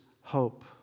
hope